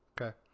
Okay